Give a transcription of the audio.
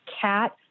cat